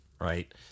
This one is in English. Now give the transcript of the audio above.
right